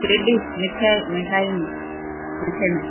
sweet dish مٹھائی مٹھائی نہیں میٹھے میں